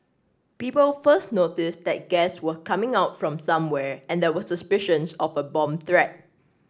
people first noticed that gas was coming out from somewhere and there were suspicions of a bomb threat